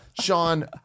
Sean